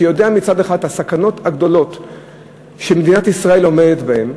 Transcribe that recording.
שיודע מצד אחד את הסכנות הגדולות שמדינת ישראל עומדת בהן,